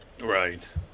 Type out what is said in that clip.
Right